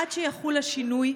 עד שיחול השינוי,